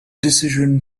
decision